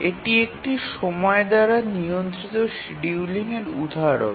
এটি একটি সময় দ্বারা নিয়ন্ত্রিত শিডিউলিং এর উদাহরণ